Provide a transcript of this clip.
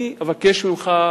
אני מבקש ממך,